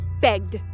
begged